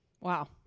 Wow